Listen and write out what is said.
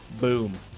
Boom